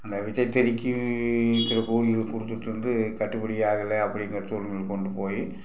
அந்த விசைத்தறிக்கு இருக்கிறக் கூலியை கொடுத்துட்ருந்து கட்டுபடியாகலை அப்படிங்கிற சூழ்நிலை கொண்டு போய்